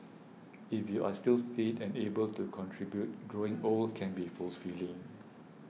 if you're still fit and able to contribute growing old can be force filling